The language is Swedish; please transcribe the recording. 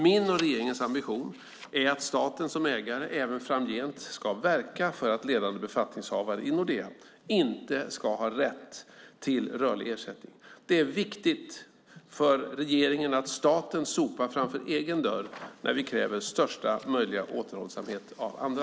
Min och regeringens ambition är att staten som ägare även framgent ska verka för att ledande befattningshavare i Nordea inte ska ha rätt till rörlig ersättning. Det är viktigt för regeringen att staten sopar framför egen dörr när vi kräver största möjliga återhållsamhet av andra.